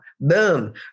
Boom